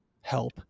help